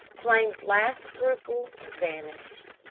flame's last scruple vanished.